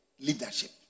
leadership